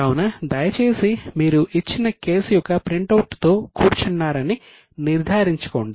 కావున దయచేసి మీరు ఇచ్చిన కేసు యొక్క ప్రింటౌట్తో కూర్చున్నారని నిర్ధారించుకోండి